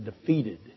defeated